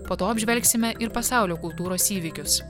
po to apžvelgsime ir pasaulio kultūros įvykius